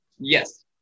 Yes